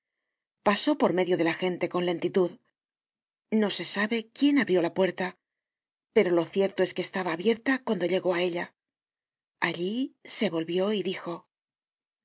pasó por medio de la gente con lentitud no se sabe quién abrió la puerta pero lo cierto es que estaba abierta cüando llegó á ella allí se volvió y dijo